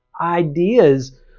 ideas